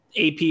AP